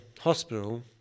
hospital